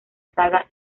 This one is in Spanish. saga